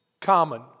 common